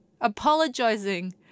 Apologizing